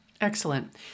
Excellent